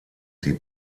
sie